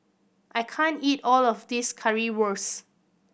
I can't eat all of this Currywurst